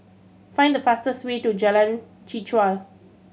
find the fastest way to Jalan Chichau